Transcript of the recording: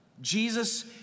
Jesus